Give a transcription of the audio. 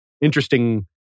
interesting